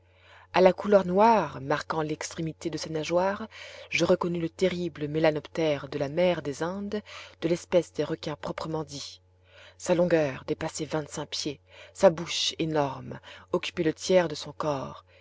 a la couleur noire marquant l'extrémité de ses nageoires je reconnus le terrible mélanoptère de la mer des indes de l'espèce des requins proprement dits sa longueur dépassait vingt-cinq pieds sa bouche énorme occupait le tiers de son corps